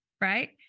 right